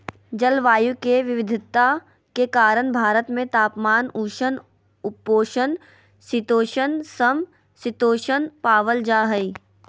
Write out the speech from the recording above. जलवायु के विविधता के कारण भारत में तापमान, उष्ण उपोष्ण शीतोष्ण, सम शीतोष्ण पावल जा हई